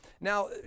Now